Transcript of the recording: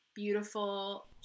beautiful